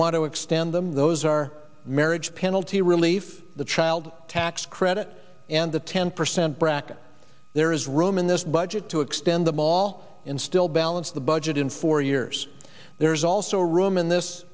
want to extend them those are marriage penalty relief the child tax credit and the ten percent bracket there is room in this budget to extend the mall in still balance the budget in four years there's also room in this